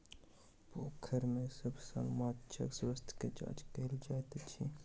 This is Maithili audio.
पोखैर में सभ साल माँछक स्वास्थ्य के जांच कएल जाइत अछि